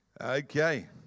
Okay